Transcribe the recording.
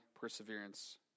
perseverance